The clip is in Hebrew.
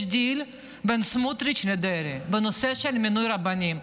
יש דיל בין סמוטריץ' לדרעי בנושא של מינוי רבנים.